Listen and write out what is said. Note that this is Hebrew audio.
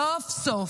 סוף-סוף,